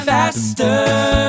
Faster